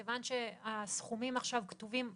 כיוון שהסכומים עכשיו כתובים בחוק,